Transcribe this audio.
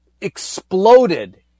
Exploded